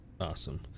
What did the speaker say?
Awesome